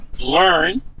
learn